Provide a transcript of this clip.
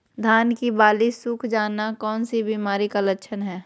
धान की बाली सुख जाना कौन सी बीमारी का लक्षण है?